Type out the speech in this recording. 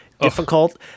difficult